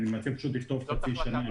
אני מציע לכתוב חצי שנה.